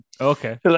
Okay